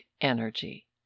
energy